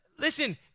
Listen